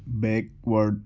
backward